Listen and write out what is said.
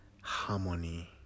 harmony